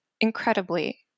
incredibly